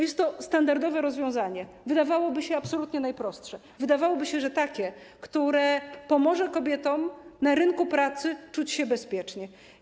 Jest to standardowe rozwiązanie, wydawałoby się, absolutnie najprostsze, wydawałoby się, że takie, które pomoże kobietom na rynku pracy czuć się bezpiecznie.